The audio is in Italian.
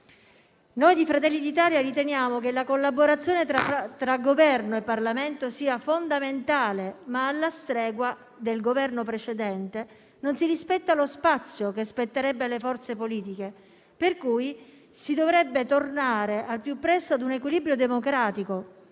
Noi di Fratelli d'Italia riteniamo che la collaborazione tra Governo e Parlamento sia fondamentale, ma, alla stregua del Governo precedente, non si rispetta lo spazio che spetterebbe alle forze politiche. Pertanto, si dovrebbe tornare al più presto ad un equilibrio democratico,